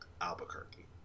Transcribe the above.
albuquerque